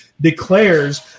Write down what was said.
declares